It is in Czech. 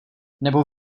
nebo